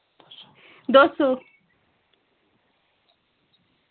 दो सौ